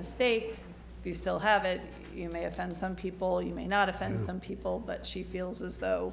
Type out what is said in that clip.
mistake you still have it you may offend some people you may not offend some people but she feels as though